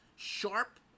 Sharp